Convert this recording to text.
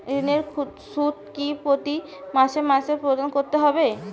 ঋণের সুদ কি প্রতি মাসে মাসে প্রদান করতে হবে?